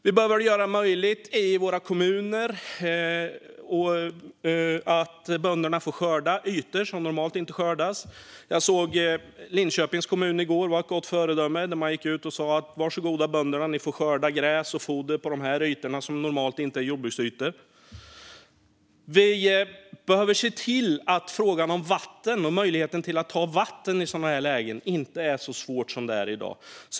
Vi behöver göra det möjligt för bönder i våra kommuner att skörda på ytor som normalt inte skördas. Jag såg i går att Linköpings kommun var ett gott föredöme när man gick ut och sa till bönderna: Var så goda, ni får skörda gräs och foder på dessa ytor som normalt inte är jordbruksytor. Vi behöver se till att frågan om vatten - möjligheten att i sådana här lägen ta vatten - inte är så svår som den är i dag.